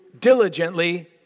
diligently